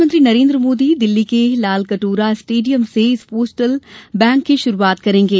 प्रधानमंत्री नरेन्द्र मोदी दिल्ली के तालकटोरा स्टेडियम से इस पोस्टल बैंक की शुरूआत करेंगे